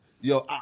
Yo